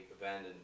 abandoned